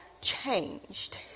changed